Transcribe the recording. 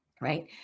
right